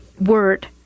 word